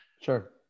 sure